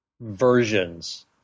versions